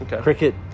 Cricket